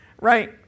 Right